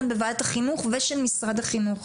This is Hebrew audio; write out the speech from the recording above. של ועדת החינוך ושל משרד החינוך.